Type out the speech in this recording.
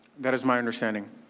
that is my understanding.